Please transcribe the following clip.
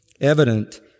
evident